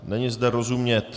Není zde rozumět.